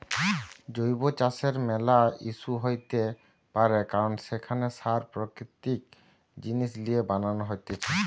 জৈব চাষের ম্যালা ইস্যু হইতে পারে কারণ সেখানে সার প্রাকৃতিক জিনিস লিয়ে বানান হতিছে